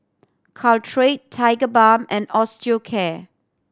Caltrate Tigerbalm and Osteocare